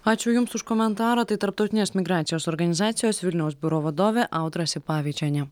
ačiū jums už komentarą tai tarptautinės migracijos organizacijos vilniaus biuro vadovė audra sipavičienė